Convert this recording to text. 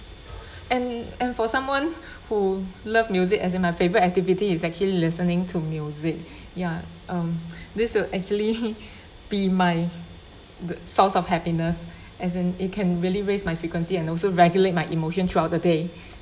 and and for someone who love music as in my favorite activity is actually listening to music ya um this will actually be my the source of happiness as in it can really raise my frequency and also regulate my emotion throughout the day